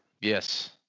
Yes